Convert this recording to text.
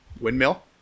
windmill